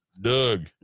Doug